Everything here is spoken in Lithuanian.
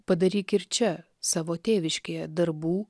padaryk ir čia savo tėviškėje darbų